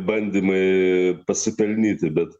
bandymai pasipelnyti bet